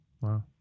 Wow